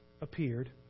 appeared